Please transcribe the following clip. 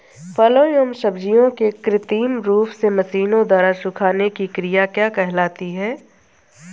फलों एवं सब्जियों के कृत्रिम रूप से मशीनों द्वारा सुखाने की क्रिया क्या कहलाती है?